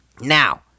Now